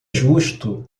justo